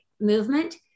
movement